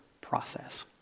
process